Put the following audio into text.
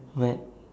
but